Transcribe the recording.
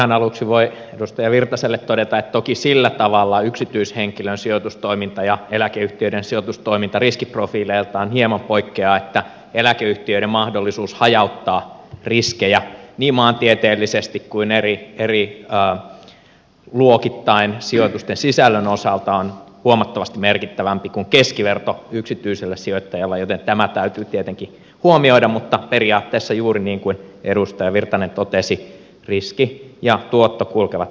ihan aluksi voi edustaja virtaselle todeta että toki sillä tavalla yksityishenkilön sijoitustoiminta ja eläkeyhtiöiden sijoitustoiminta riskiprofiileiltaan hieman poikkeavat että eläkeyhtiöiden mahdollisuus hajauttaa riskejä niin maantieteellisesti kuin eri luokittain sijoitusten sisällön osalta on huomattavasti merkittävämpi kuin keskiverrolla yksityisellä sijoittajalla joten tämä täytyy tietenkin huomioida mutta periaatteessa juuri niin kuin edustaja virtanen totesi riski ja tuotto kulkevat käsi kädessä